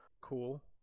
cool